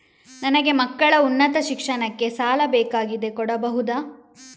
ನನಗೆ ಮಕ್ಕಳ ಉನ್ನತ ಶಿಕ್ಷಣಕ್ಕೆ ಸಾಲ ಬೇಕಾಗಿದೆ ಕೊಡಬಹುದ?